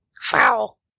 foul